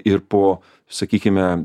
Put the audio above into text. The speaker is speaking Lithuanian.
ir po sakykime